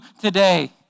today